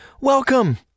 Welcome